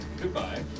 Goodbye